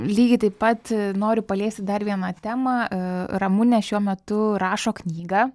lygiai taip pat noriu paliesti dar vieną temą ramunė šiuo metu rašo knygą